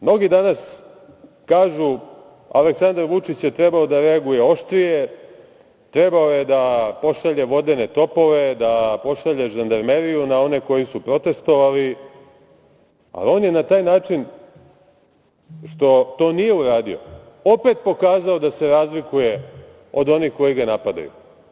Mnogi danas kažu - Aleksandar Vučić je trebao da reaguje oštrije, trebao je da pošalje vodene topove, da pošalje žandarmeriju na one koji su protestvovali, ali on je na taj način, što to nije uradio, opet pokazao da se razlikuje od onih koji ga napadaju.